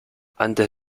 antes